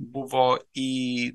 buvo į